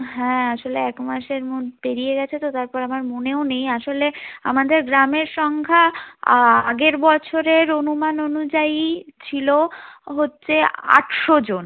হ্যাঁ আসলে এক মাসের মো পেরিয়ে গেছে তো তারপর আমার মনেও নেয় আসলে আমাদের গ্রামের সংখ্যা আগের বছরের অনুমান অনুযায়ী ছিলো হচ্ছে আটশোজন